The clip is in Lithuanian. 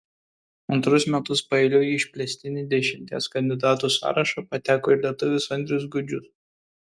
antrus metus paeiliui į išplėstinį dešimties kandidatų sąrašą pateko ir lietuvis andrius gudžius